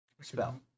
spell